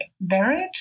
varied